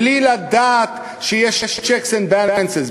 בלי לדעת שיש checks and balances,